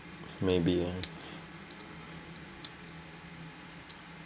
maybe